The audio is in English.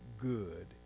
good